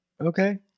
Okay